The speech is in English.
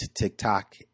TikTok